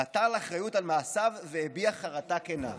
נטל אחריות על מעשיו והביע חרטה כנה.